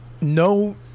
no